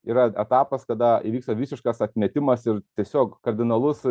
yra etapas kada įvyksta visiškas atmetimas ir tiesiog kardinalus